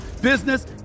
business